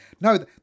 no